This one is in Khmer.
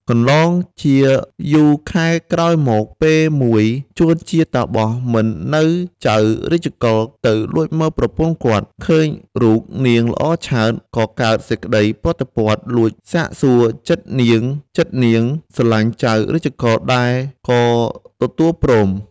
កន្លងជាយូរខែក្រោយមក, ពេលមួយ ចួនជាតាបសមិននៅចៅ រាជកុល ទៅលួចមើលប្រពន្ធគាត់ ឃើញរូប នាងល្អឆើត ក៏កើតសេចក្តីប្រតិព័ទ្ធលួចសាកសួរចិត្តនាងៗ ស្រឡាញ់ចៅ រាជកុល ដែរ ក៏ទទួលព្រម ។